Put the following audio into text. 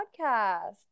podcast